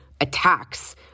attacks